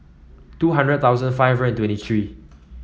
two hundred thousand five hundred twenty three